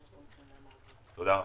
תודה.